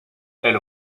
elle